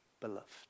beloved